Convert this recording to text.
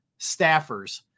staffers